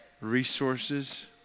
resources